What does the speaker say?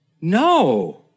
No